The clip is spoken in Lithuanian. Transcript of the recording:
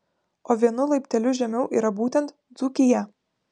o vienu laipteliu žemiau yra būtent dzūkija